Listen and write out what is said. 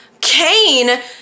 Cain